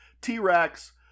T-Rex